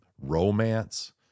romance